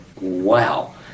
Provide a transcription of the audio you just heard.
wow